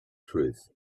truth